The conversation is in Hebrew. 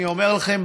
אני אומר לכם,